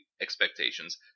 expectations